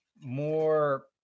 more